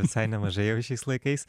visai nemažai jau šiais laikais